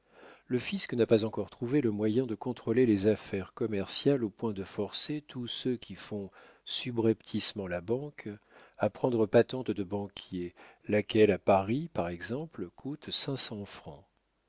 le fisc n'a pas encore trouvé le moyen de contrôler les affaires commerciales au point de forcer tous ceux qui font subrepticement la banque à prendre patente de banquier laquelle à paris par exemple coûte